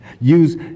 use